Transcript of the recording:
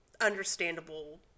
understandable